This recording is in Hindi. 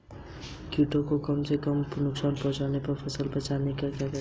कीटों को कम से कम नुकसान पहुंचा कर फसल को बचाने को क्या कहते हैं?